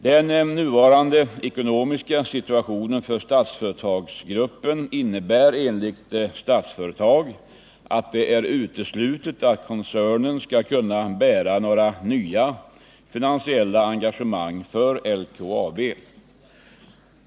Den nuvarande ekonomiska situationen för Statsföretagsgruppen innebär enligt Statsföretag att det är uteslutet att koncernen skall kunna bära några nya finansiella engagemang för LKAB.